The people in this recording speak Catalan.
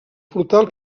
portal